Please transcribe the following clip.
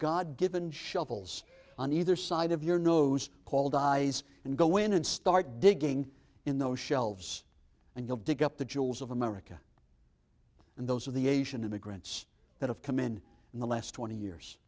god given shovels on either side of your nose called eyes and go in and start digging in those shelves and you'll dig up the jewels of america and those of the asian immigrants that have come in in the last twenty years